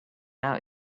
out